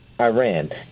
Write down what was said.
Iran